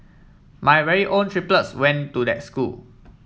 my very own triplets went to that school